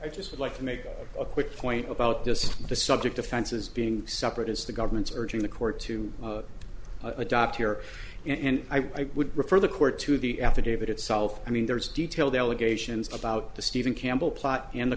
i just would like to make a quick point about this the subject offenses being separate is the government's urging the court to adopt here and i would refer the court to the affidavit itself i mean there's detailed allegations about the stephen campbell plot and the